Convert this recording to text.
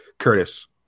Curtis